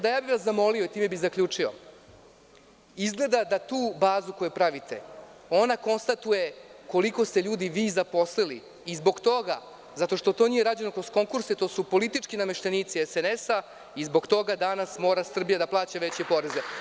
Zamolio bih vas i time bih zaključio, izgleda da tu bazu koju pravite, ona konstatuje koliko ste ljudi vi zaposlili i zbog toga, zato što to nije rađeno kroz konkurse, to su politički nameštenici SNS, i zbog toga danas mora Srbija da plaća veće poreze.